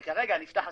כי כרגע נפתח הסכסוך.